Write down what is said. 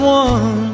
one